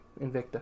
Invicta